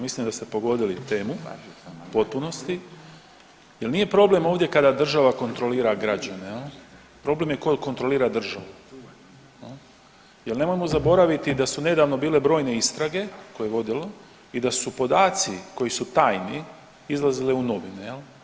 Mislim da ste pogodili temu u potpunosti jer nije problem ovdje kada država kontrolira građane jel problem je tko kontrolira državu jer nemojmo zaboraviti da su nedavno bile brojne istrage koje je vodilo i da su podaci koji su tajni izlazili u novine jel.